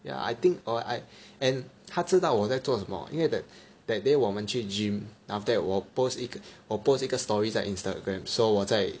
ya I think oh I and 他知道我在做什么因为 that that day 我们去 gym then after that 我 post 一个我 post 一个 story 在 Instagram 说我在